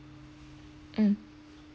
mm